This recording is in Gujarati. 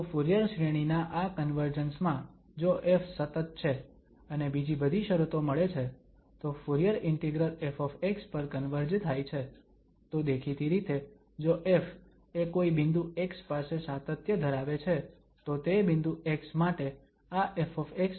તો ફુરીયર શ્રેણી ના આ કન્વર્જન્સમાં જો ƒ સતત છે અને બીજી બધી શરતો મળે છે તો ફુરીયર ઇન્ટિગ્રલ ƒ પર કન્વર્જ થાય છે તો દેખીતી રીતે જો ƒ એ કોઈ બિંદુ x પાસે સાતત્ય ધરાવે છે તો તે બિંદુ x માટે આ ƒ બરાબર થશે